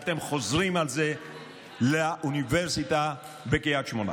אתם חוזרים על זה עם האוניברסיטה בקריית שמונה.